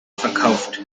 verkauft